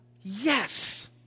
yes